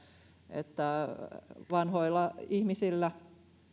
että vanhoilla ihmisillä